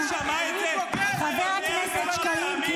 איזה שטויות אתה מדבר -- חבר הכנסת שקלים,